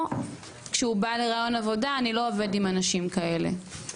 כשהוא בא לראיון עבודה: "אני לא עובד עם אנשים כאלה".